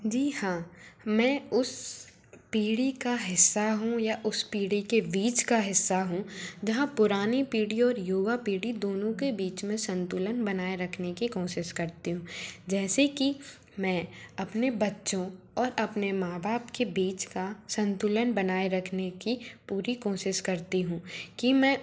जी हाँ मैं उस पीढ़ी का हिस्सा हूँ या उस पीढ़ी के बीच का हिस्सा हूँ जहाँ पुरानी पीढ़ी और युआ पीढ़ी दोनों के बीच में संतुलन बनाए रखने की कोशिश करती हूँ जैसे कि मैं अपने बच्चों और अपने माँ बाप के बीच का संतुलन बनाए रखने की पूरी कोशिश करती हूँ कि मैं